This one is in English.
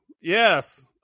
Yes